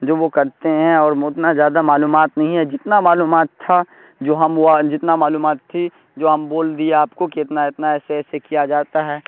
جو وہ کرتے ہیں اور مو اتنا زیادہ معلومات نہیں ہے جتنا معلومات تھا جو ہم وہ جتنا معلومات تھی جو ہم بول دیا آپ کو کہ اتنا اتنا ایسے ایسے کیا جاتا ہے